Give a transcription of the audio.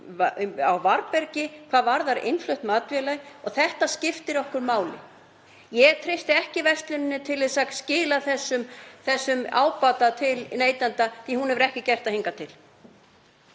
á varðbergi hvað varðar innflutt matvæli og þetta skiptir okkur máli. Ég treysti ekki versluninni til þess að skila þessum ábata til neytenda því að hún hefur ekki gert það hingað til.